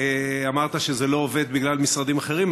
ואמרת שזה לא עובד בגלל משרדים אחרים.